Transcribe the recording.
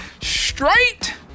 straight